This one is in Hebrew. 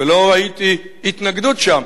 ולא ראיתי התנגדות שם,